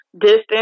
distance